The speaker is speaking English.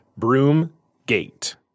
Broomgate